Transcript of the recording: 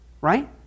Right